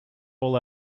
all